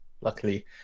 luckily